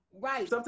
Right